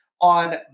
on